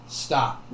stop